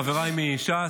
חבריי מש"ס,